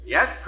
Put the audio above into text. Yes